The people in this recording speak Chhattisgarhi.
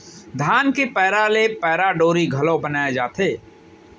धान के पैरा ले पैरा डोरी घलौ बनाए जाथे